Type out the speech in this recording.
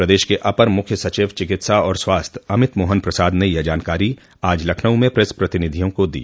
प्रदेश के अपर मुख्य सचिव चिकित्सा और स्वास्थ्य अमित मोहन प्रसाद ने यह जानकारी आज लखनऊ में प्रेस प्रतिनिधियों को दी